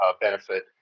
benefit